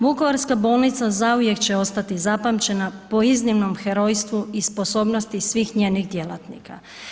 Vukovarska bolnica zauvijek će ostati zapamćena po iznimnom herojstvu i sposobnosti svih njenih djelatnika.